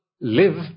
live